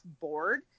board